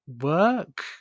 work